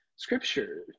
scripture